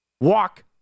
walk